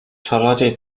czarodziej